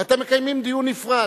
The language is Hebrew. ואתם מקיימים דיון נפרד,